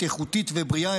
איכותית ובריאה,